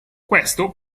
questo